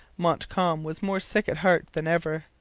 montcalm was more sick at heart than ever.